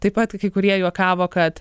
taip pat kai kurie juokavo kad